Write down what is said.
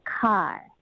car